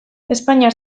espainiar